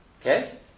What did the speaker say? Okay